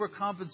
overcompensate